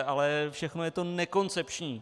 Ale všechno je to nekoncepční.